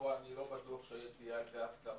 ופה אני לא בטוח שיש לי על זה הסכמה